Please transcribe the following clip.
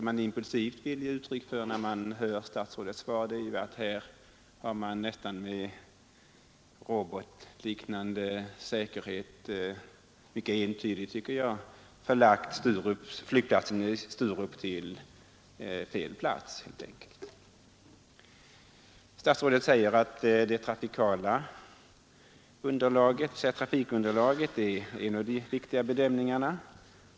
Men vad jag impulsivt vill ge uttryck för när jag hör statsrådets svar är att här har man — det är mycket entydigt, tycker jag — helt enkelt givit flygplatsen en felaktig förläggning när man valt Sturup. Statsrådet säger att trafikunderlaget är ett av de viktiga inslagen i bedömningarna.